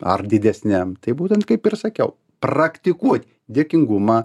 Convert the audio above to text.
ar didesnėm tai būtent kaip ir sakiau praktikuot dėkingumą